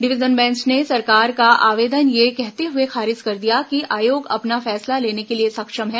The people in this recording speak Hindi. डिवीजन बेंच ने सरकार का आवेदन ये कहते हुए खारिज कर दिया कि आयोग अपना फैसला लेने के लिए सक्षम है